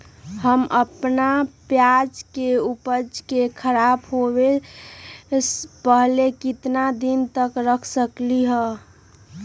हम अपना प्याज के ऊपज के खराब होबे पहले कितना दिन तक रख सकीं ले?